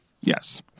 Yes